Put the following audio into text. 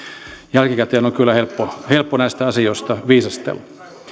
jälkikäteen on kyllä helppo helppo näistä asioista viisastella